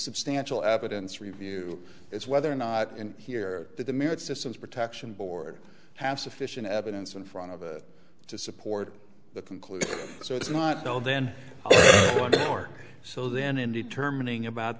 substantial evidence review is whether or not and here that the merit systems protection board have sufficient evidence in front of it to support the conclusion so it's not no then more so then in determining about